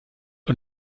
und